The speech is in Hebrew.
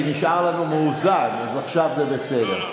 כי נשאר לנו מאוזן, אז עכשיו זה בסדר.